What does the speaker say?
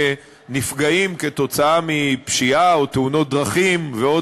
שנפגעים כתוצאה מפשיעה או תאונות דרכים ועוד